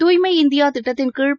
தூய்மை இந்தியா திட்டத்தின்கீழ்